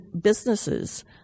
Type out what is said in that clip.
businesses